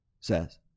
says